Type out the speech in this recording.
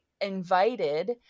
invited